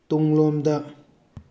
ꯇꯨꯡꯂꯣꯝꯗ